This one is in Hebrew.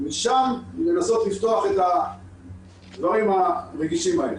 משם לנסות לפתוח את הדברים הרגישים האלה.